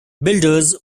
builders